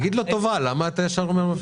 תגיד לו טובה, למה אתה ישר אומר ככה?